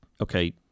okay